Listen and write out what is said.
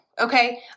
Okay